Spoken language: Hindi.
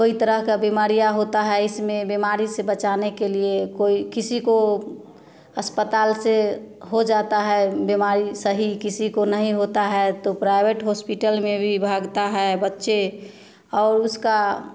कोई तरह का बीमारियाँ होता है इसमें बीमारी से बचाने के लिए कोई किसी को अस्पताल से हो जाता है बीमारी सही किसी को नहीं होता है तो प्राइवेट हॉस्पिटल में भी भागता है बच्चे और उसका